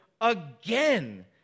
again